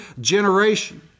generation